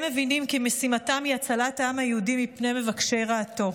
הם מבינים כי משימתם היא הצלת העם היהודי מפני מבקשי רעתו.